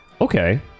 Okay